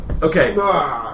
Okay